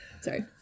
sorry